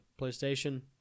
PlayStation